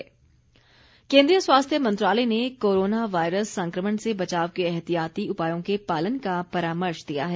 परामर्श केन्द्रीय स्वास्थ्य मंत्रालय ने नोवल कोरोना वायरस संक्रमण से बचाव के एहतियाती उपायों के पालन का परामर्श दिया है